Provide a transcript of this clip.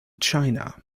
china